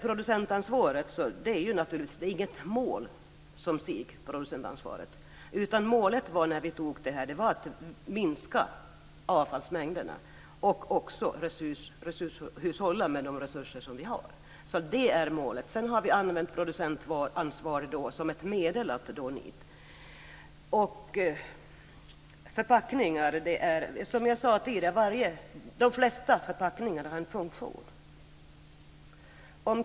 Producentansvaret i sig är inget mål, utan målet när vi antog detta var att minska avfallsmängden och att hushålla med de resurser som vi har. Sedan har vi använt producentansvaret som ett medel att nå dit. Som jag tidigare sagt har de flesta förpackningar en funktion.